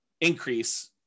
increase